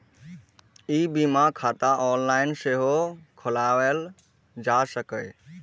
ई बीमा खाता ऑनलाइन सेहो खोलाएल जा सकैए